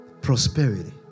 prosperity